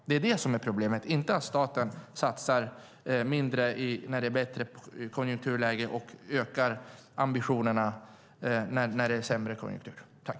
Det är det som är problemet, inte att staten satsar mindre när det är ett bättre konjunkturläge och ökar ambitionerna när det är ett sämre konjunkturläge.